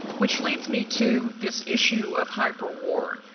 which leads me to this issue of hyperwar.